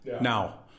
now